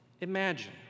imagine